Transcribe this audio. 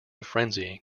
frenzy